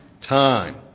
time